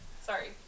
sorry